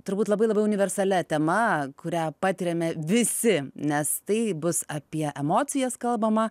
turbūt labai labai universali tema kurią patiriame visi nes tai bus apie emocijas kalbama